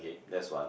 okay that's one